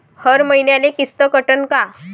हर मईन्याले किस्त कटन का?